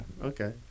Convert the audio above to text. okay